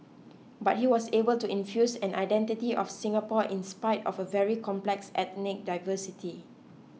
but he was able to infuse an identity of Singapore in spite of a very complex ethnic diversity